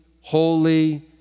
holy